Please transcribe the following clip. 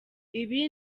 ibi